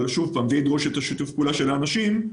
אבל זה ידרוש שיתוף פעולה של אנשים.